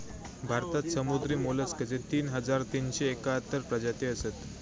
भारतात समुद्री मोलस्कचे तीन हजार तीनशे एकाहत्तर प्रजाती असत